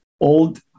old